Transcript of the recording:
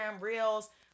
reels